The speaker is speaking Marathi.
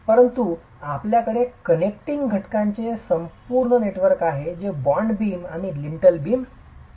परंतु आपल्याकडे कनेक्टिंग घटकांचे संपूर्ण नेटवर्क आहे जे बॉन्ड बीम आणि लिंटेल बीम आहेत